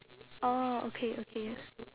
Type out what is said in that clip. orh okay okay